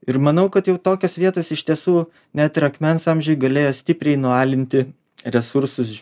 ir manau kad jau tokios vietos iš tiesų net ir akmens amžiuj galėjo stipriai nualinti resursus